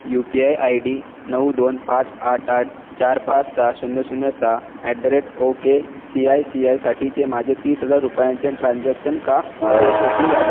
you P I I D नऊ दोन पाच आठ आठ चार पाच सहा शून्य शून्य सहा at the rate okay C I C आयसाठीचे माझे तीस हजार रुपयांचे ट्रान्झॅक्शन का अयशस्वी झाले